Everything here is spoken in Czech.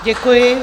Děkuji.